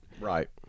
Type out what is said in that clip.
right